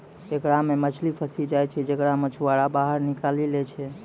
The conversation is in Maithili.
एकरा मे मछली फसी जाय छै जेकरा मछुआरा बाहर निकालि लै छै